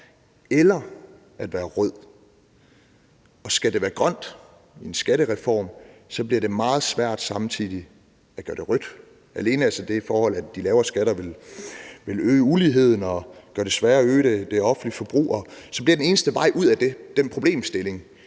eller at være rød. Og skal der være en grøn skattereform, bliver det meget svært samtidig at gøre den rød. Alene det forhold, at de lavere skatter vil øge uligheden og gøre det sværere at øge det offentlige forbrug, gør, at den eneste vej ud af den problemstilling